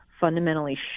fundamentally